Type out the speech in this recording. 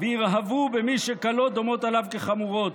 וירהבו במי שקלות דומות עליו כחמורות".